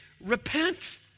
repent